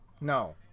No